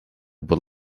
будь